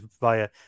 via